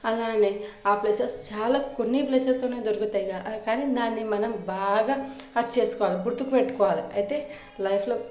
అలానే ఆ ప్లేసెస్ చాలా కొన్ని ప్లేసెస్లోనే దొరుకుతాయిగా కానీ దాన్ని మనం బాగా హాగ్ చేసుకోవాలి గుర్తుకు పెట్టుకోవాలి అయితే లైఫ్లో